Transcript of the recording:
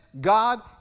God